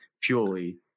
purely